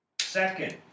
Second